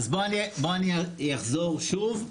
אז בואו אני אחזור שוב,